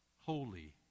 holy